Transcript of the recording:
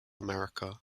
america